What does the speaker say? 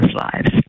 lives